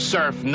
Surf